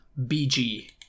BG